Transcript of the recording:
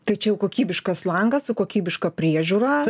tai čia jau kokybiškas langas su kokybiška priežiūra